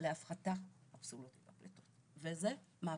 להפחתה אבסולוטית בפליטות, וזה מהפך.